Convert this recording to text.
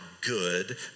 good